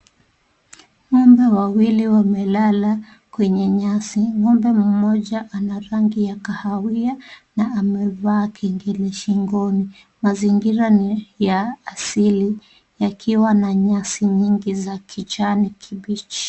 Ngombe wawili wamelala kwenye nyasi, ngombe mmoja ana rangi ya kahawia na amevaa kengele shingoni. Mazingira ni ya asili yakiwa na nyasi nyingi za kijani kibichi.